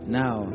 now